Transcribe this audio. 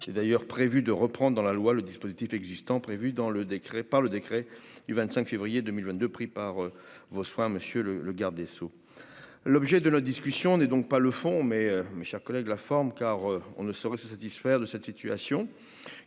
qui est d'ailleurs prévu de reprendre dans la loi le dispositif existant, prévu dans le décret par le décret du 25 février 2022 pris par vos soins, monsieur le garde des Sceaux, l'objet de la discussion n'est donc pas le fond, mais mes chers collègues, la forme, car on ne saurait se satisfaire de cette situation